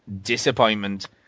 disappointment